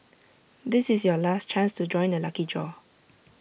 this is your last chance to join the lucky draw